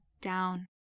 down